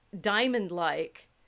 diamond-like